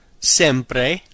sempre